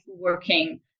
working